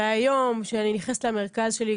היום כשאני נכנסת למרכז שלי,